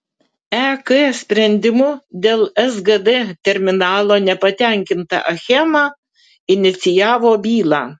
ek sprendimu dėl sgd terminalo nepatenkinta achema inicijavo bylą